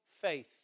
faith